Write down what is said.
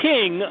King